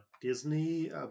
disney